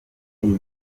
iyi